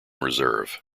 reserve